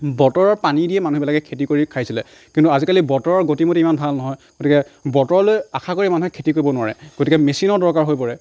বতৰৰ পানী দিয়ে মানুহবিলাকে খেতি কৰি খাইছিলে কিন্তু আজিকালি বতৰৰ গতি মতি ইমান ভাল নহয় গতিকে বতৰলৈ আশা কৰি মানুহে খেতি কৰিব নোৱাৰে গতিকে মেছিনৰ দৰকাৰ হৈ পৰে